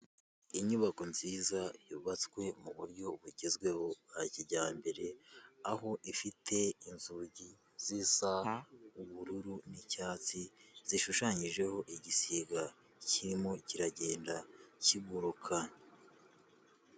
Inubako nziza yubatswe mu buryo bugezweho bwa kijyambere aho ifite inzugi zisa ubururu n'icyatsi, zishushanyijeho igisiga kirimo kiragenda kiguruka.